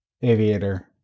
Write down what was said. Aviator